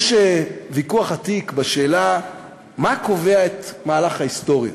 יש ויכוח עתיק בשאלה מה קובע את מהלך ההיסטוריה,